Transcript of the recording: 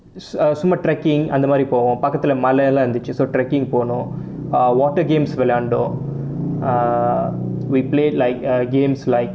சும்மா:summa trekking அந்த மாதிரி போவோம் பக்கத்துலை மலை எல்லாம் இருந்துச்சு:antha maathiri povom pakkathulai malei ellaam irunthuchu so trekking போனோம்:ponom err water games விளையான்டோம்:vilaiyaandom uh we played like uh games like